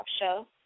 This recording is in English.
Show